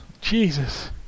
Jesus